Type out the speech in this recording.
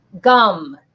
gum